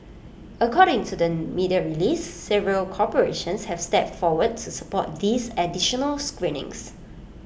according to the media release several corporations have stepped forward to support these additional screenings